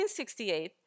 1968